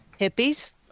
Hippies